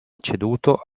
ceduto